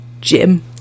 Jim